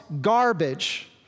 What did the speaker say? garbage